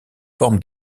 forme